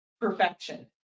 perfection